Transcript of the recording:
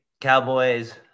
Cowboys